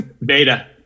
Beta